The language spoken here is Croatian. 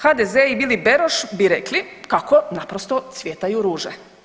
HDZ i Vili Beroš bi rekli kako naprosto cvjetaju ruže.